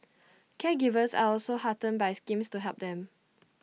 caregivers are also heartened by schemes to help them